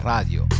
Radio